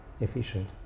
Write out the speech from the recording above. efficient